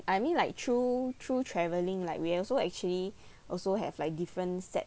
I mean like through through travelling like we also actually also have like different sets